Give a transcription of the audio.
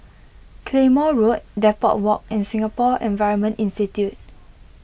Claymore Road Depot Walk and Singapore Environment Institute